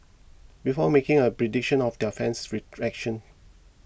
before making a prediction of their fan's rejections